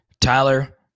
Tyler